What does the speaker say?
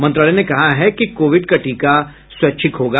मंत्रालय ने कहा है कि कोविड का टीका स्वैच्छिक होगा